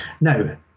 Now